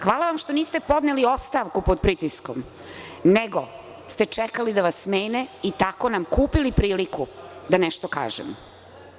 Hvala vam što niste odneli ostavku pod pritiskom, nego ste čekali da vas smene i tako nam kupili priliku da nešto kažemo.